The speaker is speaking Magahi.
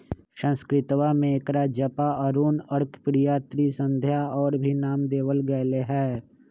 संस्कृतवा में एकरा जपा, अरुण, अर्कप्रिया, त्रिसंध्या और भी नाम देवल गैले है